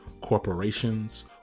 corporations